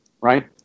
right